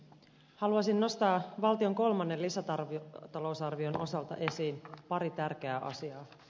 haluaisin nostaa valtion kolmannen lisätalousarvion osalta esiin pari tärkeää asiaa